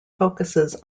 focuses